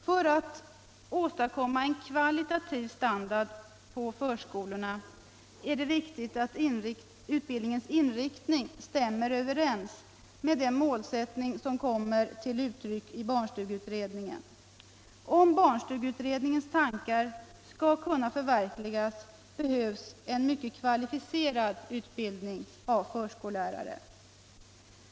För att man skall kunna åstadkomma en kvalitativ standard på förskolorna är det viktigt att utbildningens inriktning stämmer överens med den målsättning som kommer till uttryck i barnstugeutredningen. Om barnstugeutredningens tankar skall kunna förverkligas, behövs en mycket kvalificerad utbildning av förskollärare.